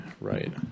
Right